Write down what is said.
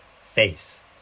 face